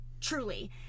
truly –